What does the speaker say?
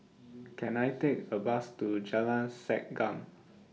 Can I Take A Bus to Jalan Segam